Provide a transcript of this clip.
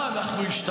מה, אנחנו השתגענו?